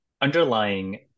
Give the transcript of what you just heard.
underlying